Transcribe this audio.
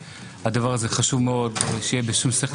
והדבר הזה חשוב מאוד שיהיה בשום שכל,